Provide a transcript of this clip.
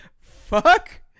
Fuck